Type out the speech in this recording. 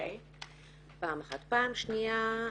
פעם שנייה,